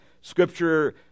Scripture